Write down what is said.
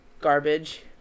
garbage